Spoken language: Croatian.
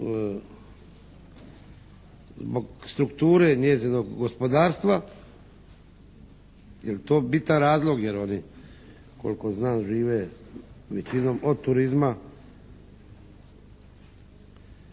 zbog strukture njezinog gospodarstva, je li to bitan razlog jel oni koliko znam žive većinom od turizma,